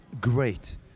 great